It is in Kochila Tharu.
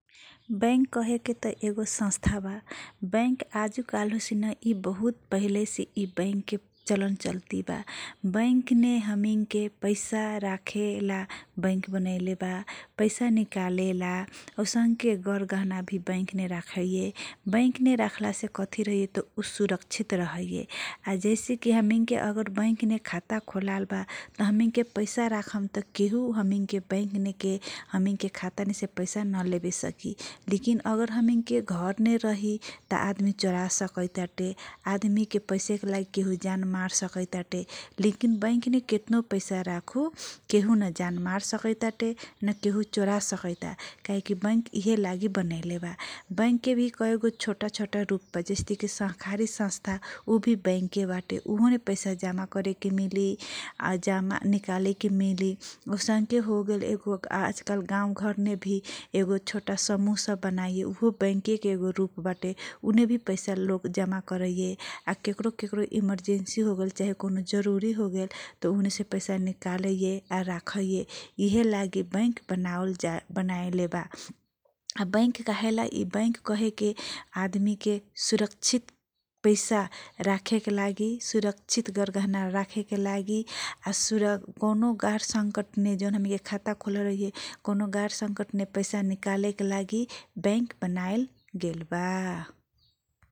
बैंक कहे के त एगो संस्था बा बैंक आजु कालु से न यी बहुत पहिलेसे इ बैंकके चलन चल्ती बा बैंक मे हमिङ के पैसा राखेला बैंक बनाईले बा पैसा निकालेला औसन के गरगहना भी बैंक मे राखैए बैंक मे कथी रहे उ सुरक्षित रहे जैसे कि अगर बैंक मे खाता खोलले बा त हमिन के पैसा राखम केहु हामी के बैंक के खाता नेसे पैसा नलेबे सकैता लेकिन अगर हामी के घरमे रहित आदमी चोरासकैता आदमी के पैसे के लागि केहु जान मार्दिए लेकिन बैंक मे के तनो पैसा राखु केहु न जान मार मार सकैता नाकेहु चोरासकैता चाहेकी बैंक इहेला बनाइलेबा बैंक के भि एगो छोटा छोटा रुख बा जैसेकी सहकारी संस्था उभि बैंक के बाटे उ हो मे पैसा जामा करेके मिली या निकाले के मिली औसन्के हो गेल एगो आज कल गाउँ घर नेभी एगो छोटा समूह सब बनाइए उभी बैंक के एको रूप बाटे उ होने भी पैसा जामा करैए के करो के करो इमर्जेन्सी हो गेल चाहे कौनो जरुरी होगेल उ होने से पैसा निकालेके भी लागि बैंक बनाईले बा बैंक कहेला बैंक कहे के आदमी के सुरक्षित पैसा राखेके लागि सुरक्षित गरगहना राखेके लागि कौनो गार संकट मे खाता खोले रहैसी गार् संकट मे पैसा निकालेको लागि बैंक बनाइले गेलबा।